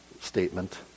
statement